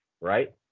right